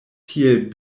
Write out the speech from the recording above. tiel